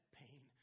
pain